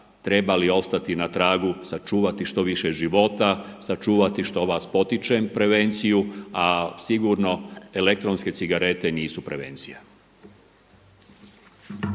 trebali ostati na tragu sačuvati što više života, sačuvati što vas potičem prevenciju, a sigurno elektronske cigarete nisu prevencija.